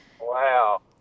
Wow